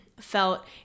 felt